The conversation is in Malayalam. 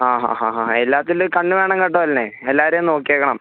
ആ ഹാ ഹാ ഹാ എല്ലാത്തിലും കണ്ണു വേണം കേട്ടോ അലിനേ എല്ലാവരെയും നോക്കിയേക്കണം